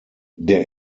der